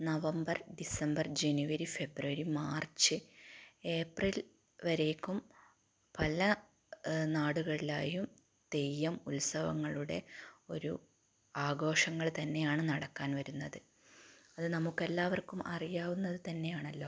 November December January February March April വരേക്കും പല നാടുകളിലായും തെയ്യം ഉത്സവങ്ങളുടെ ഒരു ആഘോഷങ്ങൾ തന്നെയാണ് നടക്കാൻ വരുന്നത് അത് നമുക്ക് എല്ലാവർക്കും അറിയാവുന്നത് തന്നെയാണല്ലോ